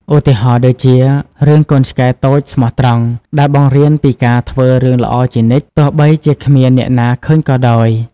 ឧទាហរណ៍ដូចជា រឿង កូនឆ្កែតូចស្មោះត្រង់ ដែលបង្រៀនពីការធ្វើរឿងល្អជានិច្ច ទោះបីជាគ្មានអ្នកណាឃើញក៏ដោយ។